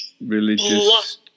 religious